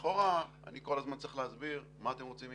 ולכאורה אני כל הזמן צריך להסביר מה אתם רוצים מאיתנו.